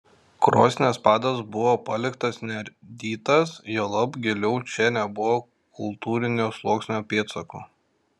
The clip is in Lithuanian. krosnies padas buvo paliktas neardytas juolab giliau čia nebuvo kultūrinio sluoksnio pėdsakų